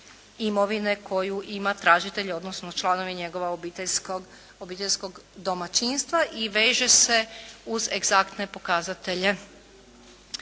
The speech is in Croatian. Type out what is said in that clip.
imovine koju ima tražitelj, odnosno članovi njegovog obiteljskog domaćinstva. I veže se uz egzaktne pokazatelje.